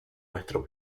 nuestro